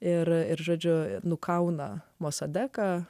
ir žodžiu nukauna masada ką